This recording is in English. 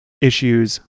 issues